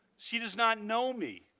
she does not know me.